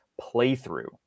playthrough